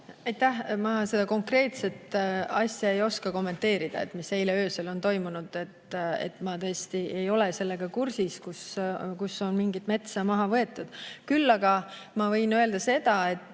Aitäh! Ma seda konkreetset asja ei oska kommenteerida, mis eile öösel on toimunud. Ma tõesti ei ole sellega kursis, kus on mingit metsa maha võetud. Küll aga ma võin öelda seda, et